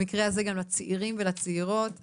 במקרה הזה גם לצעירים והצעירות האידאולוגים,